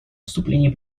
выступление